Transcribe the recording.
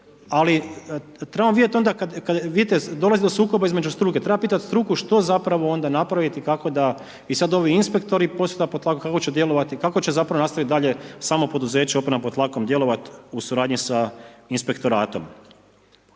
ali trebamo vidjeti onda, vidite dolazi do sukoba između struke, treba pitati struku što zapravo onda napraviti, kako da i sad ovi inspektori Posuda pod tlakom kako će djelovati, kako će zapravo nastaviti dalje samo poduzeće Oprema pod talkom djelovati u suradnji sa inspektoratom.